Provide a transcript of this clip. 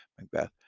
Macbeth